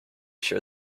sure